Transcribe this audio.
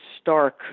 stark